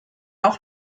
auch